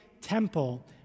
temple